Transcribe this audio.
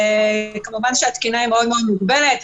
כמובן שהתקינה מאוד מאוד מוגבלת,